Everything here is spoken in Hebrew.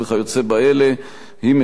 היא מביאה לאישור הכנסת החלטה בדבר